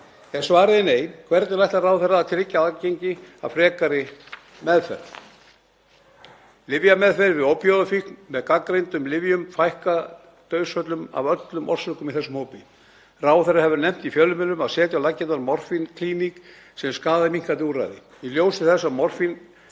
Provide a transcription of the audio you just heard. Ef svarið er nei, hvernig ætlar ráðherra að tryggja aðgengi að frekari meðferð? Lyfjameðferðir við ópíóíðafíkn með gagnreyndum lyfjum fækka dauðsföllum af öllum orsökum í þessum hópi. Ráðherra hefur nefnt í fjölmiðlum að setja á laggirnar morfínklíník sem skaðaminnkandi úrræði. Í ljósi þess að morfínlyf